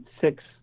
six